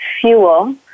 fuel